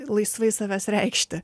laisvai savęs reikšti